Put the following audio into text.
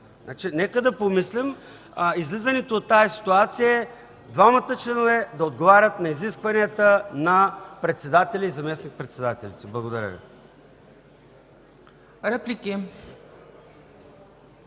Нека да помислим. Излизането от тази ситуация е двамата членове да отговарят на изискванията за председателя и заместник-председателите. Благодаря.